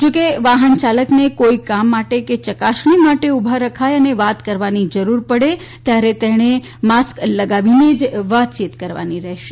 જો કે વાહન ચાલકને કોઈ કામ માટે કે ચકાસણી માટે ઉભા રખાય અને વાત કરવાની જરૂર પડે ત્યારે તેણે માસ્ક લગાવીને જ વાતચીત કરવાની રહેશે